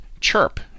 Chirp